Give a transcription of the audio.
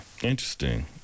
Interesting